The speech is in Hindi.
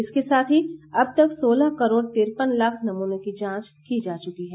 इसके साथ ही अब तक सोलह करोड तिरपन लाख नमूनों की जांच की जा चुकी है